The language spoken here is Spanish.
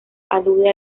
alude